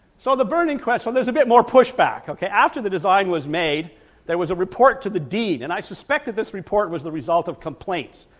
so the burning question there's a bit more pushback, okay, after the design was made there was a report to the dean and i suspected this report was the result of complaints.